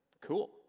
cool